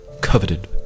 coveted